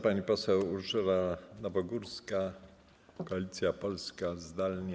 Pani poseł Urszula Nowogórska, Koalicja Polska, zdalnie.